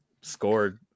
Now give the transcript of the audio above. scored